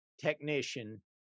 technician